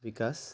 विकास